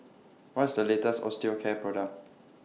What IS The latest Osteocare Product